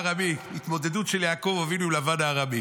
לבן הארמי, התמודדות של יעקב אבינו עם לבן הארמי.